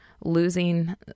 losing